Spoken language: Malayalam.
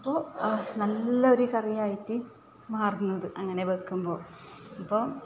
അപ്പോൾ നല്ലൊരു കറിയായിട്ട് മാറുന്നത് അങ്ങനെ വെക്കുമ്പോൾ ഇപ്പോൾ